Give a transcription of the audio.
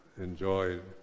enjoyed